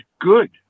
good